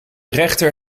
rechter